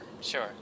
Sure